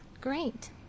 Great